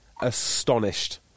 astonished